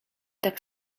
tak